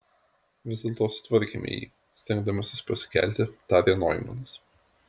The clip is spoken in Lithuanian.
vis dėlto sutvarkėme jį stengdamasis pasikelti tarė noimanas